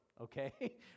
okay